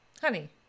Honey